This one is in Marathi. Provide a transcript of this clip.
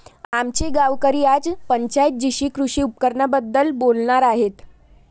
आमचे गावकरी आज पंचायत जीशी कृषी उपकरणांबद्दल बोलणार आहेत